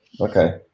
Okay